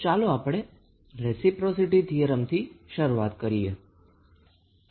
તો ચાલો આપણે રેસિપ્રોસિટી થીયરમથી શરૂઆત કરીએ